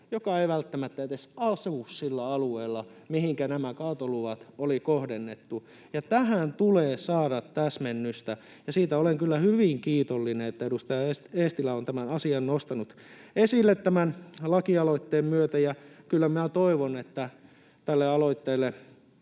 joka ei välttämättä edes asu sillä alueella, mihinkä nämä kaatoluvat oli kohdennettu. [Sebastian Tynkkynen: Uskomatonta!] Tähän tulee saada täsmennystä. Siitä olen kyllä hyvin kiitollinen, että edustaja Eestilä on tämän asian nostanut esille tämän lakialoitteen myötä. Ja kyllä minä toivon, että tälle aloitteelle